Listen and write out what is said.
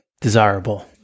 desirable